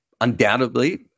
Undoubtedly